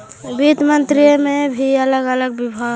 वित्त मंत्रित्व में भी अलग अलग विभाग हई